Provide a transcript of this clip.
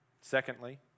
Secondly